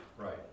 Right